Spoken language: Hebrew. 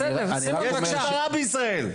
יש משטרה בישראל.